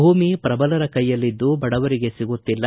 ಭೂಮಿ ಪ್ರಬಲರ ಕೈಯಲ್ಲಿದ್ದು ಬಡವರಿಗೆ ಸಿಗುತ್ತಿಲ್ಲ